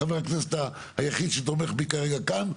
חבר הכנסת היחיד שתומך בי כרגע כאן,